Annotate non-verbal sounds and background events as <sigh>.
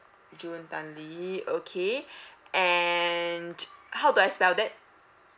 june tan lee okay <breath> and how do I spell that